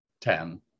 ten